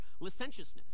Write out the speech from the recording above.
licentiousness